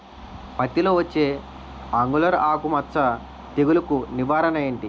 పత్తి లో వచ్చే ఆంగులర్ ఆకు మచ్చ తెగులు కు నివారణ ఎంటి?